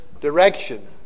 direction